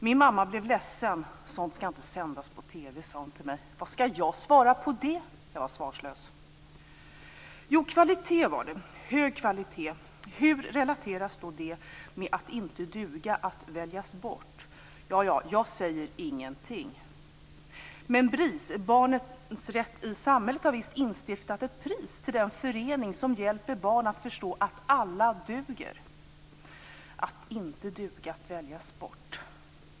Min mamma blev ledsen. Sådant skall inte sändas på TV, sade hon till mig. Vad skall jag svara på det? Jag var svarslös. Kvalitet, var det - hög kvalitet. Hur relateras det till att inte duga och att väljas bort? Jag säger ingenting. BRIS, Barnens Rätt i Samhället, har visst instiftat ett pris till den förening som hjälper barn att förstå att alla duger. Att inte duga - att väljas bort!